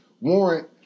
warrant